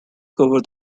cover